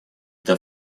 это